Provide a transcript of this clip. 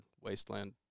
wasteland